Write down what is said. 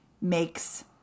makes